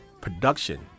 Production